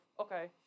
okay